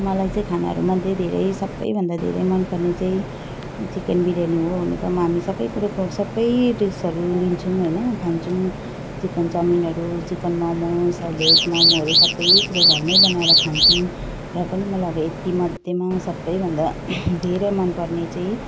मलाई चाहिँ खानाहरूमध्ये धेरै सबैभन्दा धेरै मन पर्ने चाहिँ चिकन बिरयानी हो हुन त हामी सबै कुरोको सबै डिसहरू लिन्छौँ हैन खान्छौँ चिकन चाउमिनहरू चिकन मोमो भेज मोमोहरू सबै कुरो घरमै बनाएर खान्छौँ र पनि मलाई अब यतिमध्येमा सबैभन्दा धेरै मन पर्ने चाहिँ